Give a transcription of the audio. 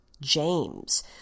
James